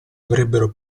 avrebbero